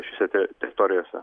šiose te teritorijose